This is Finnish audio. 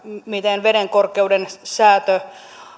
miten vedenkorkeuden säätö